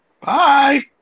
Bye